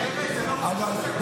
זה היה חוק,